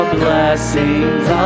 blessings